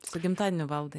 su gimtadieniu valdai